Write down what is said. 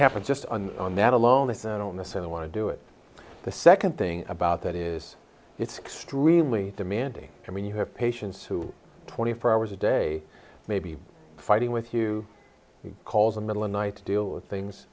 happened just on on that alone with i don't necessarily want to do it the second thing about that is it's extremely demanding i mean you have patients who twenty four hours a day may be fighting with you he calls a middle night to deal with things